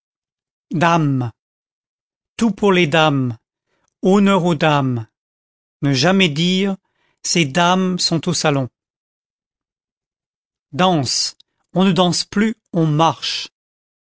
dame tout pour les dames honneur aux dames ne jamais dire ces dames sont aux salons danse on ne danse plus on marche